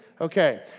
Okay